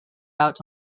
out